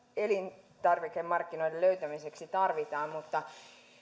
elintarvikemarkkinoiden löytämiseksi tarvitaan